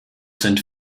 sind